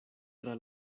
tra